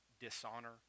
dishonor